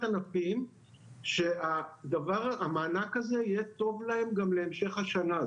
ענפים שהמענק הזה יהיה טוב להם גם להמשך השנה.